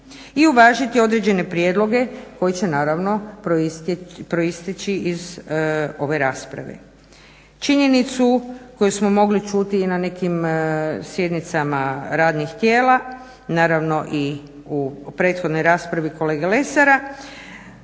i uvažiti određene prijedloge koji će naravno proisteći iz ove rasprave. Činjenicu koju smo mogli čuti i na nekim sjednicama radnih tijela, naravno i u prethodnoj raspravi kolege Lesara